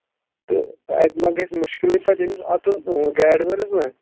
تہٕ اَتہِ ما گژھِ مُشکِلٕے پَتہٕ أمِس اَژُن گاڑِ وٲلِس نا